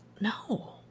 no